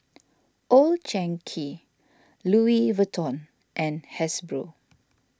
Old Chang Kee Louis Vuitton and Hasbro